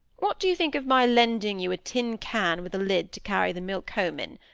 what do you think of my lending you a tin can with a lid to carry the milk home in?